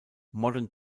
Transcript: modern